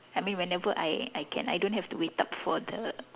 I mean whenever I I can I don't have to wait up for the